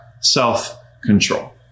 self-control